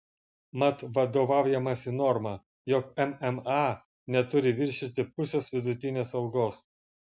mat vadovaujamasi norma jog mma neturi viršyti pusės vidutinės algos